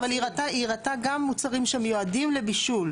גם מוצרים שמיועדים לבישול.